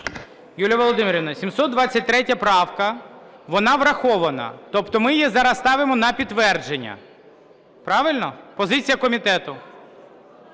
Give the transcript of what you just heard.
Юліє Володимирівно, 723 правка, вона врахована. Тобто ми її зараз ставимо на підтвердження. Правильно? Позиція комітету.